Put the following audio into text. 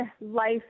life